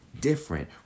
different